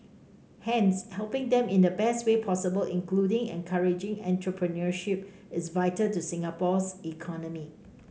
hence helping them in the best way possible including encouraging entrepreneurship is vital to Singapore's economy